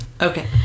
Okay